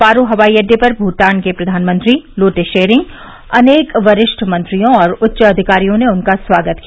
पारो हवाई अड्डे पर भूटान के प्रधानमंत्री लोटे शेरिंग अनेक वरिष्ठ मंत्रियों और उच्च अधिकारियों ने उनका स्वागत किया